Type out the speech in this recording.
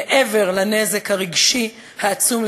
מעבר לנזק הרגשי העצום,